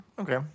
Okay